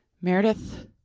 Meredith